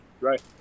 right